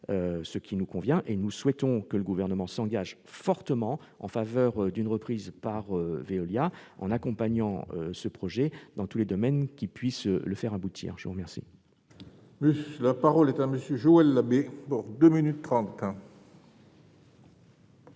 ce qui nous convient. Nous souhaitons que le Gouvernement s'engage fortement en faveur d'une reprise par Veolia, en accompagnant ce projet dans tous les domaines qui puissent le faire aboutir. La parole est à M. Joël Labbé, auteur